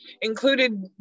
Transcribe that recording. included